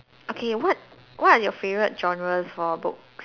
okay what what are your favorite genres for books